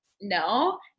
No